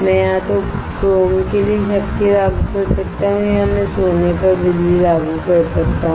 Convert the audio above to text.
मैं या तो क्रोम के लिए शक्ति लागू कर सकता हूं या मैं गोल्ड पर बिजली लागू कर सकता हूं